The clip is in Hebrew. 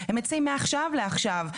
הם מציעים מעכשיו לעכשיו.